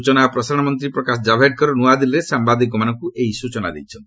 ସ୍ଚଚନା ଓ ପ୍ରସାରଣ ମନ୍ତ୍ରୀ ପ୍ରକାଶ ଜାବ୍ଡେକର ନୃଆଦିଲ୍ଲୀରେ ସାମ୍ବାଦିକମାନଙ୍କୁ ଏହି ସୂଚନା ଦେଇଛନ୍ତି